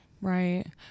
Right